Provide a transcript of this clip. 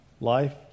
life